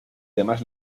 demás